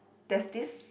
there's this